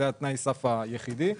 שזה תנאי הסף היחידי,